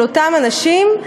של אותם אנשים,